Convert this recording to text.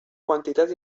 quantitat